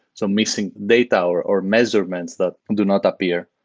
so missing data or or measurements that do not appear.